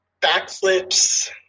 backflips